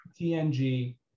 TNG